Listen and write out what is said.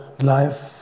life